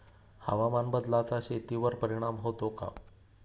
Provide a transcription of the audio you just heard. हवामान बदलाचा शेतीवर परिणाम होतो का?